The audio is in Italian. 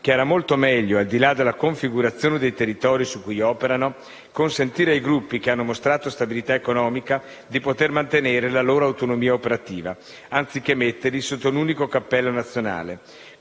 che era molto meglio, al dì là della configurazione dei territori su cui operano, consentire ai gruppi che hanno mostrato stabilità economica di poter mantenere la loro autonomia operativa, anziché metterli sotto un unico cappello nazionale.